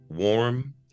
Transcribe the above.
Warm